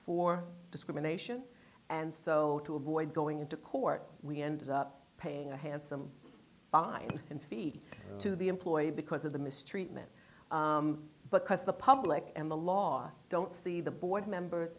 for discrimination and so to avoid going into court we ended up paying a handsome fine infeed to the employee because of the mistreatment but because the public and the law don't see the board